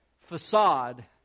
facade